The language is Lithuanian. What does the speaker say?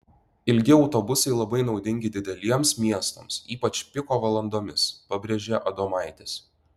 ilgi autobusai labai naudingi dideliems miestams ypač piko valandomis pabrėžė adomaitis